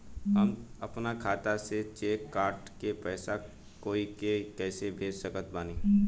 हम अपना खाता से चेक काट के पैसा कोई के कैसे दे सकत बानी?